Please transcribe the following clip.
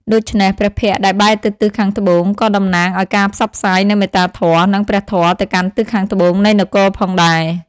ដូច្នេះ ព្រះភ័ក្ត្រដែលបែរទៅទិសខាងត្បូងក៏តំណាងឱ្យការផ្សព្វផ្សាយនូវមេត្តាធម៌ និងព្រះធម៌ទៅកាន់ទិសខាងត្បូងនៃនគរផងដែរ។